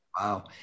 Wow